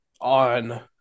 on